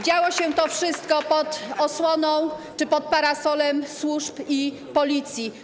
Działo się to wszystko pod osłoną czy pod parasolem służb, Policji.